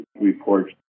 reports